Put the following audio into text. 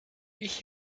ich